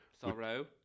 Sorrow